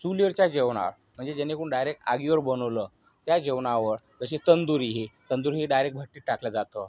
चुलीवरच्या जेवणावर म्हणजे जेणेकरून डायरेक्ट आगीवर बनवलं त्याच जेवणावर जशी तंदुरी हे तंदुरी हे डायरेक्ट भट्टीत टाकलं जातं